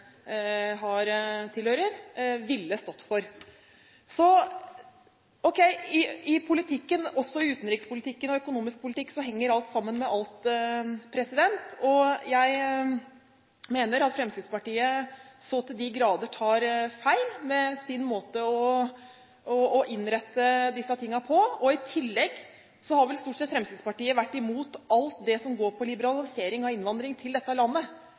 tilhører, ville stått for. I politikken – også i utenrikspolitikken og økonomisk politikk – henger alt sammen med alt. Jeg mener at Fremskrittspartiet så til de grader tar feil med sin måte å innrette disse tingene på. I tillegg har vel Fremskrittspartiet stort sett vært imot alt det som går på liberalisering av innvandring til dette landet.